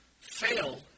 fail